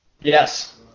Yes